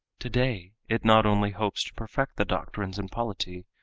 today it not only hopes to perfect the doctrines and polity,